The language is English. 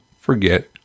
forget